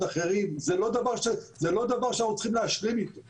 אחרים וזה לא דבר שאנחנו צריכים להשלים איתו